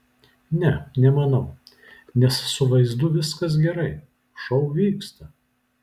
ne nemanau nes su vaizdu viskas gerai šou vyksta